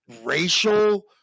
racial